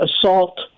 assault